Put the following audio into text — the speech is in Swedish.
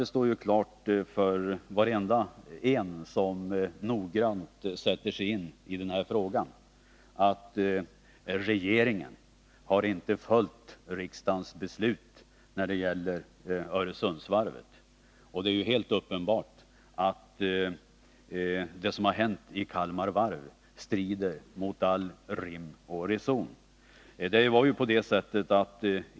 Det står ju klart för varenda en som noggrant sätter sig in i den här frågan att regeringen inte har följt riksdagens beslut när det gäller Öresundsvarvet. Och det är helt uppenbart att det som hänt beträffande Kalmar Varv strider mot all rim och reson.